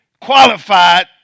qualified